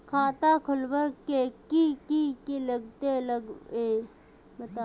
खाता खोलवे के की की लगते बतावे?